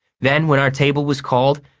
then, when our table was called,